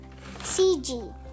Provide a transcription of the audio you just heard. CG